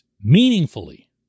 meaningfully